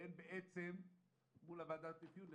והם בעצם מול ועדת האפיון,